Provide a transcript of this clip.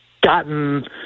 gotten